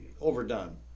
overdone